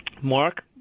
Mark